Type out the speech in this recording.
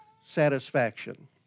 satisfaction